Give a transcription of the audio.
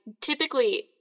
typically